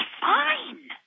fine